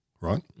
right